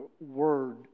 word